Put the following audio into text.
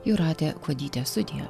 jūratė kuodytė sudie